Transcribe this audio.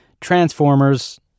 Transformers